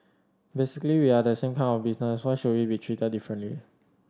basically we are the same kind of business why should we be treated differently